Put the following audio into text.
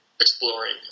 exploring